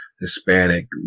Hispanic